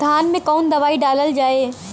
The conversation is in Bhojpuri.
धान मे कवन दवाई डालल जाए?